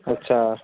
اچھا